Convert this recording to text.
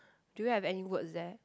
do you have any words there